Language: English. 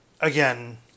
again